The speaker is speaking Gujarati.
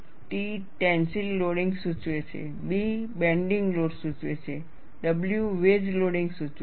T ટેન્સિલ લોડિંગ સૂચવે છે B બેન્ડિંગ લોડ સૂચવે છે W વેજ લોડિંગ સૂચવે છે